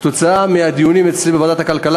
כתוצאה מהדיונים אצלי בוועדת הכלכלה,